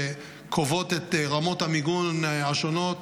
שקובעות את רמות המיגון השונות,